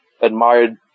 admired